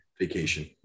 vacation